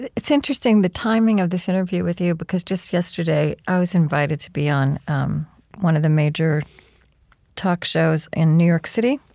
it's interesting, the timing of this interview with you because just yesterday i was invited to be on um one of the major talk shows in new york city,